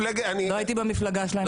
לא הייתי במפלגה שלהם אף פעם.